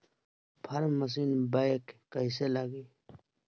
Form machine बैक कईसे लागी?